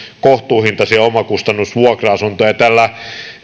kohtuuhintaisia omakustannusvuokra asuntoja tällä